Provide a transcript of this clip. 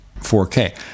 4K